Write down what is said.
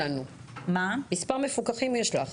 מספר מפוקחים יש לנו.